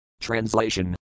Translation